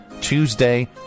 Tuesday